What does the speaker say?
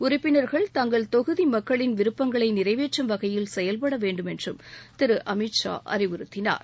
உறுப்பினர்கள் தங்கள் தொகுதி மக்களின் விருப்பங்களை நிறைவேற்றும் வகையில் செயல்பட வேண்டும் என்று திரு அமித் ஷா அறிவுறுத்தினார்